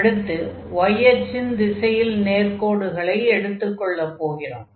y அச்சின் திசையில் நேர்க்கோடுகளை எடுத்துக் கொள்ளப் போகிறோம்